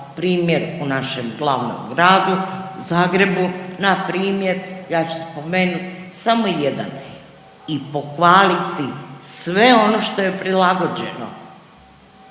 primjer u našem glavnom gradu Zagrebu, npr. ja ću spomenuti samo jedan i pohvaliti sve ono što je prilagođeno.